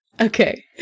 Okay